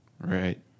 Right